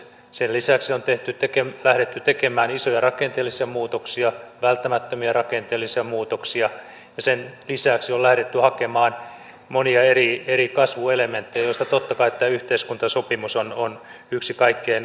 sen lisäksi on lähdetty tekemään isoja rakenteellisia muutoksia välttämättömiä rakenteellisia muutoksia ja sen lisäksi on lähdetty hakemaan monia eri kasvuelementtejä joista totta kai tämä yhteiskuntasopimus on yksi kaikkein keskeisimpiä